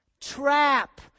Trap